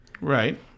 Right